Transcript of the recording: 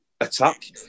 attack